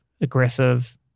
aggressive